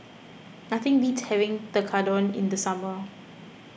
nothing beats having Tekkadon in the summer